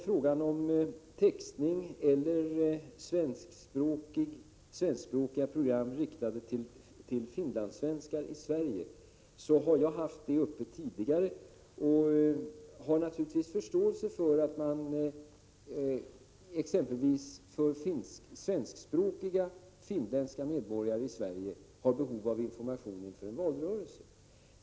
Frågan om textning eller svenskspråkiga program riktade till finlandssvenskar i Sverige har jag haft uppe tidigare, och jag har naturligtvis förståelse för att svenskspråkiga finländska medborgare i Sverige har behov avinformation exempelvis inför ett val.